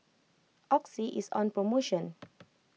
oxy is on promotion